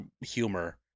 humor